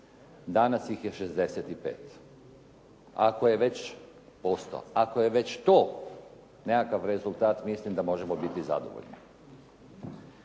Danas ih je 65%. Ako je već to nekakav rezultat, mislim da možemo biti zadovoljni.